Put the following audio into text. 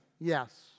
Yes